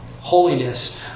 Holiness